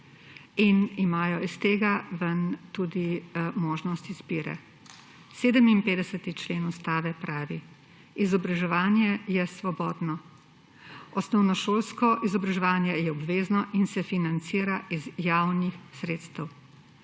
in imajo iz tega izhajajoče tudi možnost izbire. 57. člen Ustave pravi: »Izobraževanje je svobodno. Osnovnošolsko izobraževanje je obvezno in se financira iz javnih sredstev.